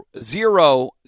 zero